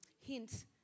hint